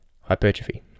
Hypertrophy